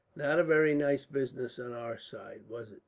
not a very nice business on our side, was it?